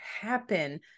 happen